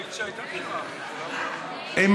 התשע"ח 2018, לוועדת החוקה, וחוק ומשפט נתקבלה.